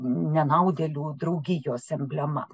nenaudėlių draugijos emblema